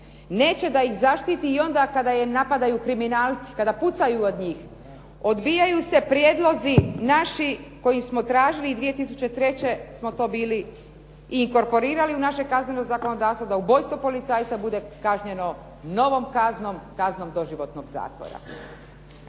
Neće da ih zaštiti i onda kada je napadaju kriminalci, kada pucaju od njih. Odbijaju se prijedlozi naši koje smo tražili 2003. smo to bili i kroporirali u naše kazneno zakonodavstvo da ubojstvo policajca bude kažnjeno novom kaznom, kaznom doživotnog zatvora.